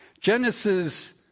Genesis